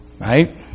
Right